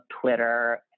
Twitter